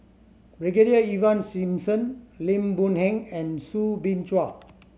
Brigadier Ivan Simson Lim Boon Heng and Soo Bin Chua